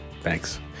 thanks